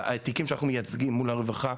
בתיקים שאנחנו מייצגים מול הרווחה,